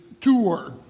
tour